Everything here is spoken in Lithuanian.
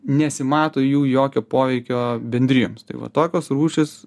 nesimato jų jokio poveikio bendrijoms tai va tokios rūšys